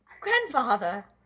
Grandfather